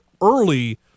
early